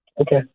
Okay